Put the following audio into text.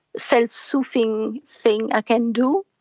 self-soothing thing i can do.